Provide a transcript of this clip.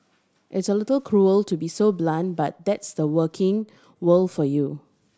it's a little cruel to be so blunt but that's the working world for you